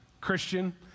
Christian